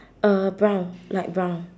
uh brown light brown